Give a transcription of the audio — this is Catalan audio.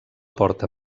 porta